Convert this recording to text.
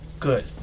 Good